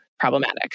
problematic